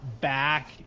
back